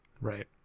Right